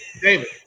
David